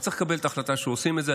רק צריך לקבל את ההחלטה שעושים את זה.